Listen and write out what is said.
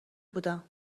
بودم